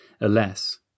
Alas